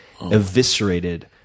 eviscerated